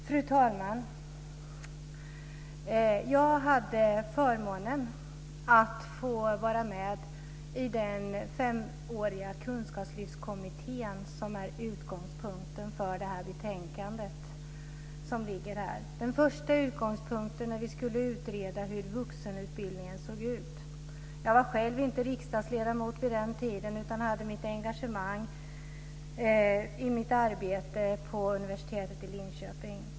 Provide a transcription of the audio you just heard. Fru talman! Jag hade förmånen att få vara med i den femåriga kunskapslyftskommittén, vars arbete är utgångspunkten för detta betänkande. Den första utgångspunkten var att vi skulle utreda hur vuxenutbildningen såg ut. Jag var själv inte riksdagsledamot på den tiden utan hade mitt engagemang i mitt arbete på universitetet i Linköping.